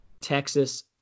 Texas